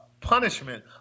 punishment